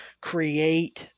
create